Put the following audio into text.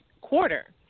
quarter